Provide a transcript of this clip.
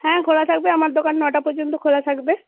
হ্যাঁ খোলা থাকবে আমার দোকান নটা পর্যন্ত খোলা থাকবে